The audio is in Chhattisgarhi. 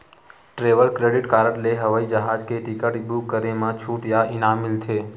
ट्रेवल क्रेडिट कारड ले हवई जहाज के टिकट बूक करे म छूट या इनाम मिलथे